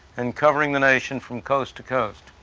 and covering the nation from coast to coast.